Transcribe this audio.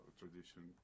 tradition